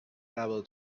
able